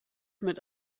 mit